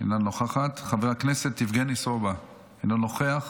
אינה נוכחת, חבר הכנסת יבגני סובה, אינו נוכח.